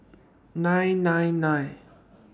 nine nine nine